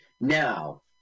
Now